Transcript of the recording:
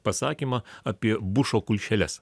pasakymą apie bušo kulšeles